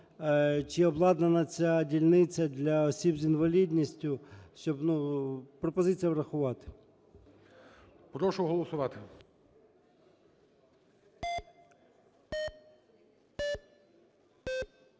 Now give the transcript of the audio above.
чи обладнана ця дільниця для осіб з інвалідністю. Пропозиція врахувати. ГОЛОВУЮЧИЙ. Прошу голосувати.